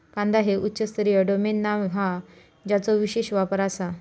कांदा हे उच्च स्तरीय डोमेन नाव हा ज्याचो विशेष वापर आसा